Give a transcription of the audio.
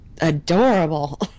Adorable